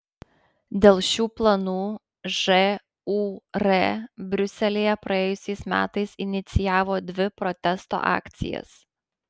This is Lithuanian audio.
dėl šių planų žūr briuselyje praėjusiais metais inicijavo dvi protesto akcijas